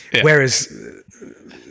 whereas